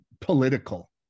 political